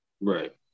Right